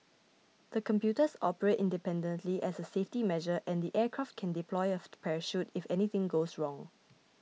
the computers operate independently as a safety measure and the aircraft can deploy a parachute if anything goes wrong